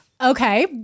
okay